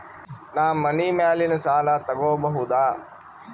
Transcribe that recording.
ನಾ ಮನಿ ಮ್ಯಾಲಿನ ಸಾಲ ತಗೋಬಹುದಾ?